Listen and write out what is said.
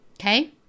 Okay